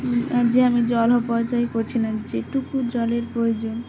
যে আমি জল অপর্যয় করছিল না যেটুকু জলের প্রয়োজন